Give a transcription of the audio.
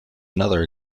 another